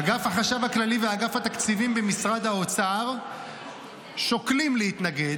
אגף החשב הכללי ואגף התקציבים במשרד האוצר שוקלים להתנגד,